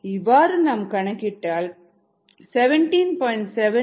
இவ்வாறு நாம் கணக்கிட்டால் 17